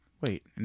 wait